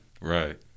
Right